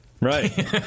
right